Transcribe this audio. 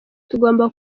tugomba